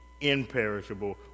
imperishable